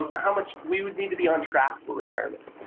how much we would need to be on track for retirement?